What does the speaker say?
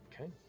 Okay